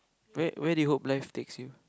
where where do you hope that life takes you